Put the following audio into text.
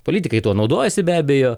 politikai tuo naudojasi be abejo